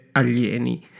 alieni